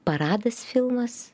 paradas filmas